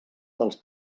dels